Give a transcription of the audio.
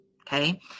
okay